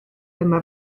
dyma